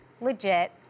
legit